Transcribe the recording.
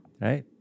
Right